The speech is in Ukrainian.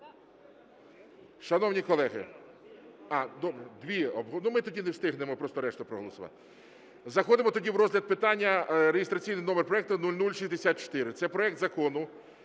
Шановні колеги, а дві… Ну, ми тоді не встигнемо просто решту проголосувати. Заходимо тоді в розгляд питання. Реєстраційний номер проекту 0064 – це проект Закону